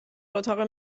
اتاق